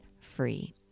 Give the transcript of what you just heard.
free